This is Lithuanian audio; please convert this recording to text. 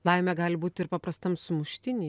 laimė gali būt ir paprastam sumuštiny